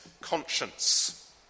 conscience